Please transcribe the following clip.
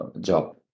job